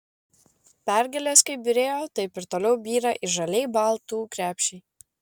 pergalės kaip byrėjo taip ir toliau byra į žaliai baltų krepšį